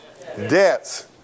Debts